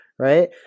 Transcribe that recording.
Right